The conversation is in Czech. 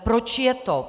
Proč je to?